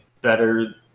better